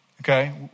Okay